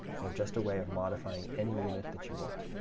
they're just a way of modifying any unit that you want.